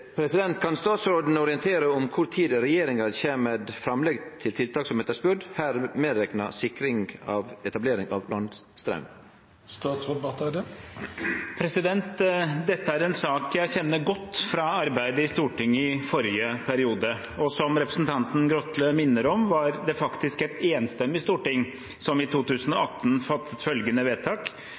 Kan statsråden orientere om kor tid regjeringa kjem med framlegg til tiltak som etterspurt, her medrekna sikring av etablering av landstraum?» Dette er en sak jeg kjenner godt fra arbeidet i Stortinget i forrige periode. Som representanten Grotle minner om, var det